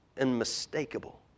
unmistakable